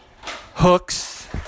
hooks